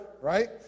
Right